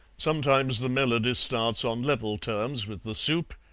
sometimes the melody starts on level terms with the soup,